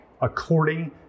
according